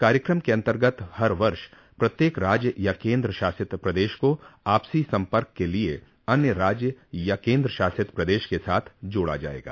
कार्यक्रम के अन्तर्गत हर वर्ष प्रत्येक राज्य या केन्द्र शासित प्रदेश को आपसी संपर्क के लिये अन्य राज्य या केन्द्र शासित प्रदेश के साथ जोड़ा जाएगा